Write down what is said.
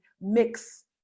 mix